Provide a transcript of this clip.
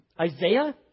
Isaiah